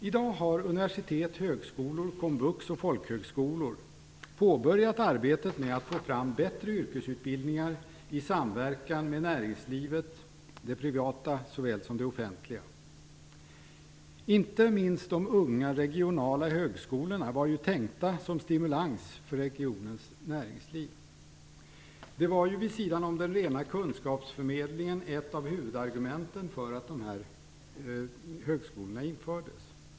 I dag har universitet, högskolor, komvux och folkhögskolor påbörjat arbetet med att få fram bättre yrkesutbildningar i samverkan med näringslivet, det privata såväl som det offentliga. Inte minst de unga regionala högskolorna var ju tänkta som stimulans för regionens näringsliv. Det var ju, vid sidan av den rena kunskapsförmedlingen, ett av huvudargumenten för att de här högskolorna infördes.